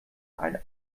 ein